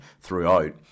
throughout